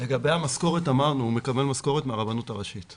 לגבי המשכורת, הוא מקבל משכורת מהרבנות הראשית.